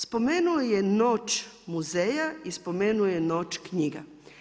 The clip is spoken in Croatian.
Spomenuo je i Noć muzeja i spomenuo je Noć knjiga.